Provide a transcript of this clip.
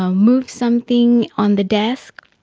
um move something on the desk.